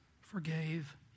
forgave